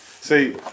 See